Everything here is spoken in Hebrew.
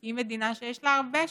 היא מדינה שיש לה הרבה שטח,